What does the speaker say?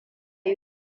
yi